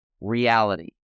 reality